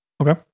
Okay